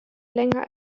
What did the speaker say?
länger